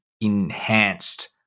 enhanced